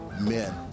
men